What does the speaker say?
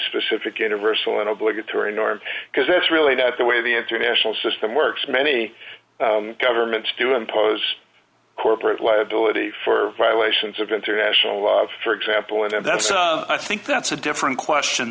specific universal and obligatory norms because that's really not the way the international system works many governments do impose corporate liability for violations of international law for example and that's i think that's a different question